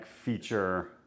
feature